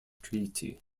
treaty